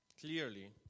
clearly